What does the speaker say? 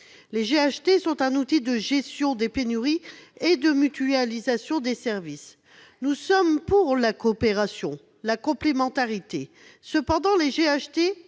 Les GHT sont un outil de gestion des pénuries et de mutualisation des services. Nous sommes pour la coopération, la complémentarité. Cependant, la